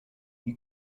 you